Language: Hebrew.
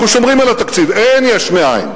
אנחנו שומרים על התקציב, אין יש מאין.